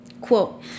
quote